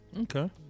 Okay